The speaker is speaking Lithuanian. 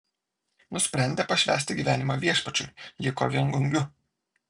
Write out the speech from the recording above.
nusprendė pašvęsti gyvenimą viešpačiui liko viengungiu